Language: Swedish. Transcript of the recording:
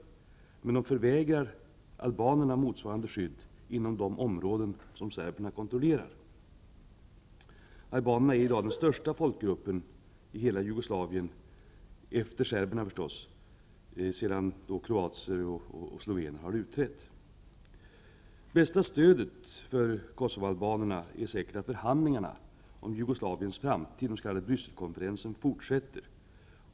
De förvägrar emellertid albanerna motsvarande skydd inom de områden som serberna kontrollerar. Albanerna är i dag den största folkgruppen i hela Jugoslavien -- efter serberna förstås -- efter det att kroatier och slovenier har utträtt. Det bästa stödet för Kosovoalbanerna är säkert att förhandlingarna om Jugoslaviens framtid, den s.k. Brysselkonferensen, fortsätter.